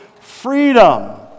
Freedom